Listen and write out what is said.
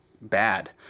bad